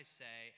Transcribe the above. say